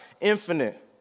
infinite